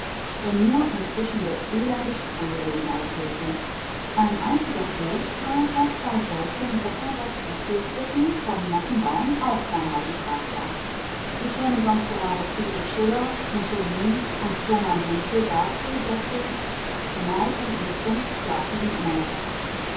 wenn nur inzwischen der elende sprühregen aufhörte ein einziger trost war daß bei solchem wetter das äpfelpflücken vom nassen baum auch kein heidenspaß war wie kämen sonst gerade friedrich schiller mussolini und fuhrmann henschel dazu daß sie neid und mißgunst plagten ihn immer noch etwas